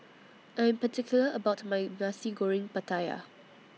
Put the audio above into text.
I'm particular about My Nasi Goreng Pattaya